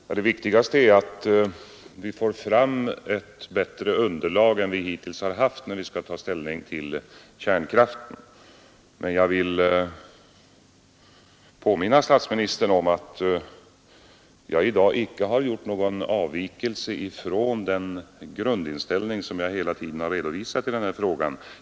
Herr talman! Det viktigaste är att vi får fram ett bättre underlag än vi hittills har haft när vi skall ta ställning till kärnkraften. Men jag vill påminna statsministern om att jag i dag inte har gjort någon avvikelse från den grundinställning som jag hela tiden har redovisat i denna fråga.